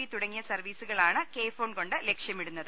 V തുടങ്ങിയ സർവീ സുകളാണ് കെ ഫോൺ കൊണ്ട് ലക്ഷ്യമിടുന്നത്